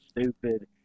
stupid